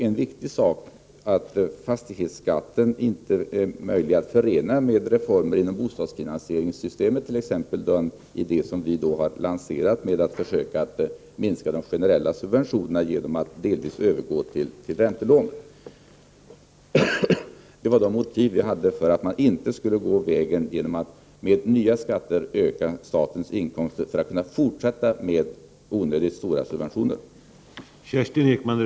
En viktig sak är att fastighetsskatten inte är möjlig att förena med de former inom bostadsfinansieringssystemet som vi lanserat och som innebär en minskning av de generella subventionerna genom att man delvis övergår till räntelån. Detta var de motiv vi hade för att man inte genom nya skatter skulle öka statens inkomster för att kunna fortsätta med onödigt stora subventioner.